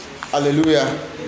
hallelujah